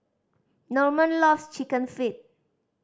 Normand loves Chicken Feet